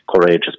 courageous